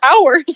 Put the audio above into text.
hours